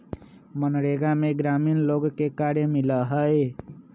मनरेगा में ग्रामीण लोग के कार्य मिला हई